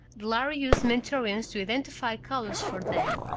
lhari use mentorians to identify colors for them.